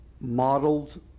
modeled